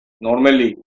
normally